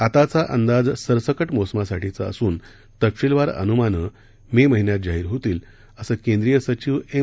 आताचा अंदाज सरसकट मोसमासाठीचा असून तपशीलवार अनूमानं मे महिन्यात जाहीर होतील असं केंद्रीय सचिव एम